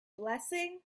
blessing